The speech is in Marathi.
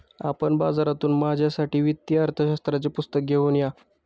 आपण बाजारातून माझ्यासाठी वित्तीय अर्थशास्त्राचे पुस्तक घेऊन या